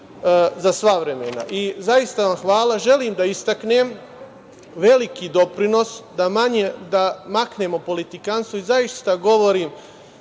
za sva vremena. Zaista vam hvala. Želim da istaknem veliki doprinos, da maknemo politikanstvo i zaista govorim